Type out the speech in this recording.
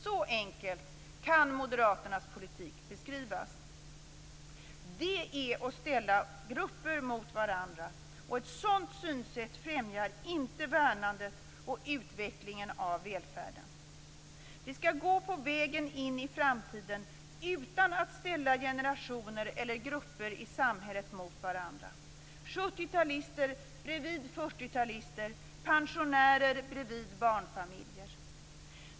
Så enkelt kan moderaternas politik beskrivas. Detta är att ställa olika grupper mot varandra, och ett sådant synsätt främjar inte värnandet och utvecklandet av välfärden. Vi skall gå på vägen in i framtiden utan att ställa generationer eller grupper i samhället mot varandra - sjuttiotalister bredvid fyrtiotalister, pensionärer bredvid barnfamiljer.